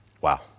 Wow